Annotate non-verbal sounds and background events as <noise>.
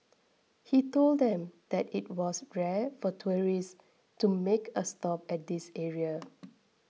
he told them that it was rare for tourists to make a stop at this area <noise>